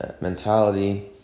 mentality